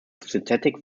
synthetic